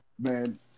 man